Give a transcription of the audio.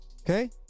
Okay